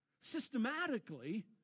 systematically